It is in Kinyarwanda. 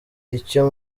icyo